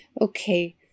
Okay